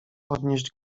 podnieść